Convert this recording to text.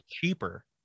cheaper